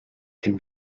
can